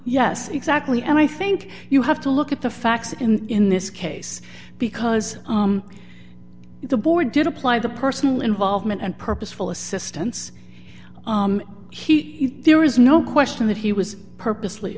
yes exactly and i think you have to look at the facts in this case because the board did apply the personal involvement and purposeful assistance he there is no question that he was purposely